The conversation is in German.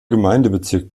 gemeindebezirk